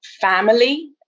family